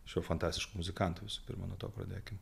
šiuo fantastišku muzikantu visų pirma nuo to pradėkim